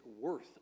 worth